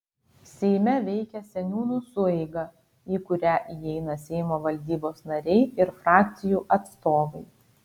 seime veikia seniūnų sueiga į kurią įeina seimo valdybos nariai ir frakcijų atstovai